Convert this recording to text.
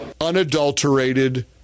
unadulterated